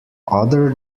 other